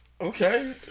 Okay